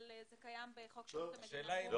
אבל זה קיים בחוק שירות המדינה (מינויים).